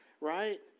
right